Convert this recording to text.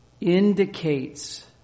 indicates